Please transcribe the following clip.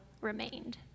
remained